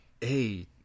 hey